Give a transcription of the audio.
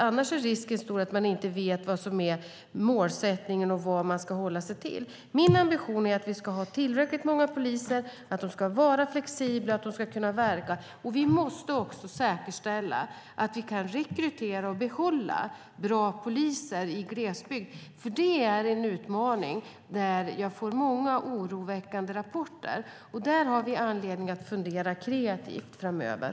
Annars är risken stor att man inte vet vad som är målsättningen och vad man ska hålla sig till. Min ambition är att vi ska ha tillräckligt många poliser. De ska vara flexibla och kunna verka. Vi måste också säkerställa att vi kan rekrytera och behålla bra poliser i glesbygd. Det är en utmaning, och jag får många oroväckande rapporter. Där har vi anledning att fundera kreativt framöver.